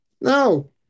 No